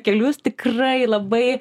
kelius tikrai labai